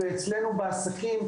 ואצלנו בעסקים,